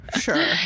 sure